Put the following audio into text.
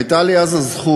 הייתה לי אז הזכות